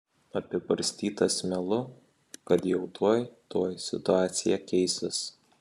apibarstytas melu kad jau tuoj tuoj situacija keisis